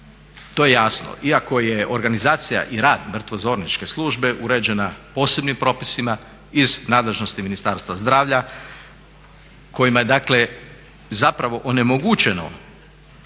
to je jasno, iako je organizacija i rad mrtvozorničke službe uređena posebnim propisima iz nadležnosti Ministarstva zdravlja kojima je dakle zapravo onemogućena